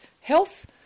health